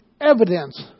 evidence